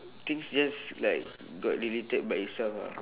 things just like got deleted by itself ah